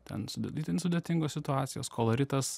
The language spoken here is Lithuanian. ten itin sudėtingos situacijos koloritas